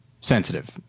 sensitive